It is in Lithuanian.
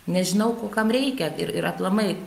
nežinau kam reikia ir aplamai